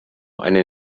eine